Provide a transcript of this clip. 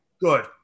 Good